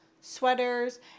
sweaters